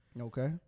Okay